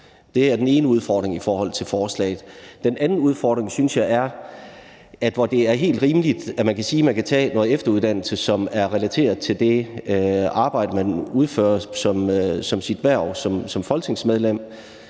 Det er den ene udfordring i forhold til forslaget. Den anden udfordring er, synes jeg, at hvor det er helt rimeligt, at man kan sige, at man kan tage noget efteruddannelse, som er relateret til det arbejde, man udfører som sit hverv som folketingsmedlem,